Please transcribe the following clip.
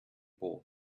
ball